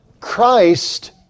Christ